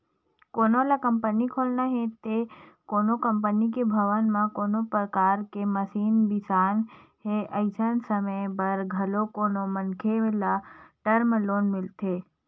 कोनो ल कंपनी खोलना हे ते कोनो कंपनी के भवन म कोनो परकार के मसीन बिसाना हे अइसन समे बर घलो कोनो मनखे ल टर्म लोन मिलथे